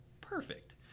Perfect